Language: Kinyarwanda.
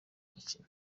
gukira